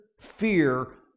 fear